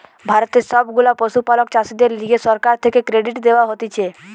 ভারতের সব গুলা পশুপালক চাষীদের লিগে সরকার থেকে ক্রেডিট দেওয়া হতিছে